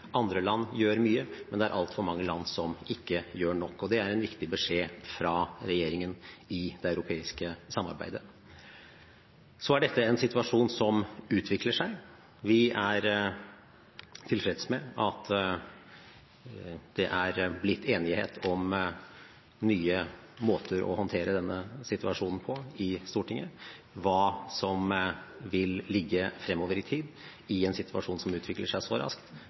andre land gjør mye, men det er altfor mange land som ikke gjør nok. Det er en viktig beskjed fra regjeringen i det europeiske samarbeidet. Dette er en situasjon som utvikler seg. Vi er tilfreds med at det er blitt enighet i Stortinget om nye måter å håndtere denne situasjonen på. Hva som vil ligge fremover i tid, i en situasjon som utvikler seg så raskt,